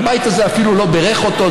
הבית הזה אפילו לא בירך אותו,